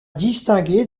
distinguer